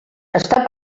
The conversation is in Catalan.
està